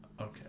Okay